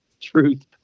truth